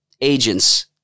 agents